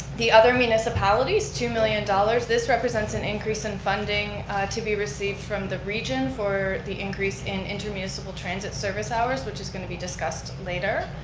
the other municipalities, two million dollars, this represents an increase in funding to be received from the region for the increase in inter-municipal transit service hours, which is going to be discussed later.